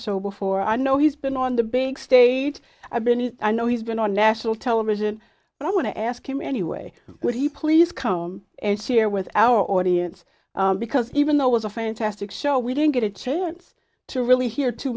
show before i know he's been on the big stage i've been in i know he's been on national television but i want to ask him anyway would he please come and share with our audience because even though was a fantastic show we didn't get a chance to really hear too